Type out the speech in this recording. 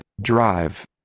Drive